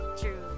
True